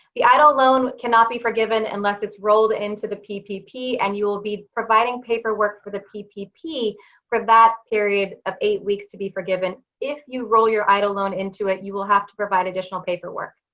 the eidl loan cannot be forgiven unless it's rolled into the ppp. and you will be providing paperwork for the ppp for that period of eight weeks to be forgiven. if you roll your eidl loan into it you will have to provide additional paperwork.